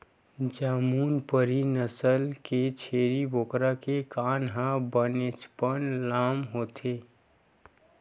जमुनापारी नसल के छेरी बोकरा के कान ह बनेचपन लाम होथे